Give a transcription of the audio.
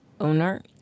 owner